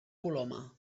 coloma